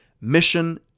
Mission